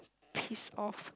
piss off